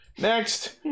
Next